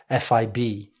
FIB